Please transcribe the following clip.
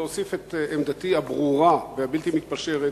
להוסיף את עמדתי הברורה והבלתי-מתפשרת,